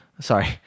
Sorry